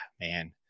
Man